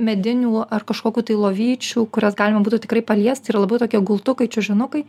medinių ar kažkokių tai lovyčių kurias galima būtų tikrai paliest yra labai tokie gultukai čiužinukai